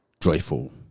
joyful